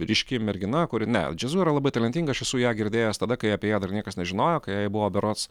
ryški mergina kuri ne džiazu yra labai talentinga aš esu ją girdėjęs tada kai apie ją dar niekas nežinojo kai jai buvo berods